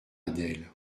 adèle